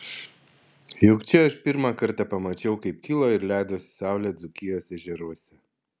juk čia aš pirmą kartą pamačiau kaip kilo ir leidosi saulė dzūkijos ežeruose